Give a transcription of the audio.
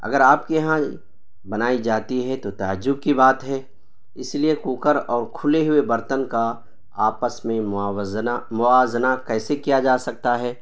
اگر آپ کے یہاں بنائی جاتی ہے تو تعجب کی بات ہے اس لیے کوکر اور کھلے ہوئے برتن کا آپس میں موازنہ کیسے کیا جا سکتا ہے